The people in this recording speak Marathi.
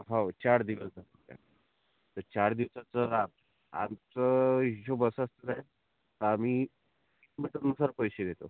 हो चार दिवस धरा तर चार दिवसाचं आमचं हिशोब असं असतंय आम्ही मीटरनुसार पैसे घेतो